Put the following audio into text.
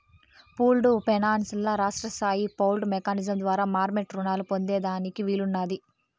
pooled finance ల రాష్ట్రస్తాయి pooled mechanism ద్వారా మార్మెట్ రునాలు పొందేదానికి వీలున్నాది